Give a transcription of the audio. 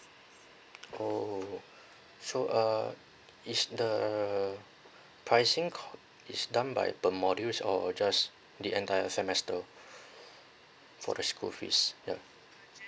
orh so uh is the pricing co~ is done by per modules or just the entire semester for the school fees yup